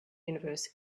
universe